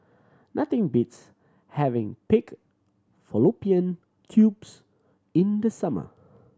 nothing beats having pig fallopian tubes in the summer